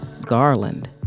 Garland